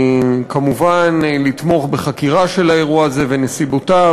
כמובן לתמוך בחקירה של האירוע הזה ונסיבותיו